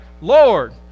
Lord